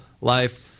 Life